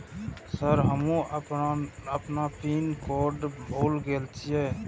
Sir हमू अपना pin code भूल गेल जीये?